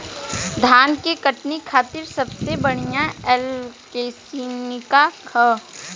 धान के कटनी खातिर सबसे बढ़िया ऐप्लिकेशनका ह?